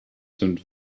fünf